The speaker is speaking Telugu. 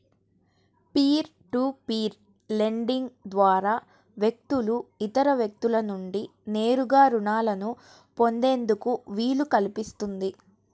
పీర్ టు పీర్ లెండింగ్ ద్వారా వ్యక్తులు ఇతర వ్యక్తుల నుండి నేరుగా రుణాలను పొందేందుకు వీలు కల్పిస్తుంది